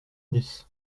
dix